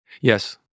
Yes